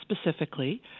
specifically